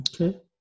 Okay